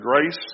grace